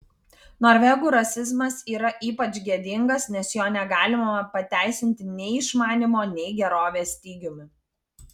norvegų rasizmas yra ypač gėdingas nes jo negalima pateisinti nei išmanymo nei gerovės stygiumi